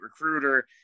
recruiter